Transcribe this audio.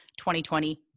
2020